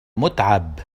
متعب